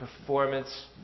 performance